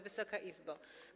Wysoka Izbo!